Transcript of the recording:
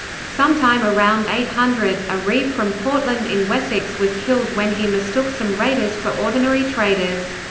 sometime around eight hundred, a reeve from portland in wessex was killed when he mistook some raiders for ordinary traders.